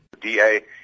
DA